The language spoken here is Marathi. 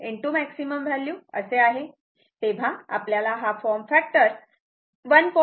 637 मॅक्सिमम व्हॅल्यू आहे तेव्हा फॉर्म फॅक्टर 1